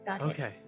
Okay